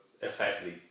effectively